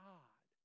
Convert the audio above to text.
God